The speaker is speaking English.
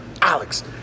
Alex